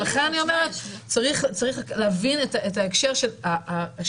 ולכן אני אומרת שצריך להבין את ההקשר של השיוריות,